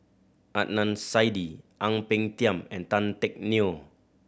Adnan Saidi Ang Peng Tiam and Tan Teck Neo